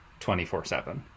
24/7